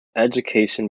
education